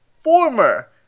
former